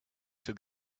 still